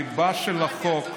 סליחה, הליבה של חוק,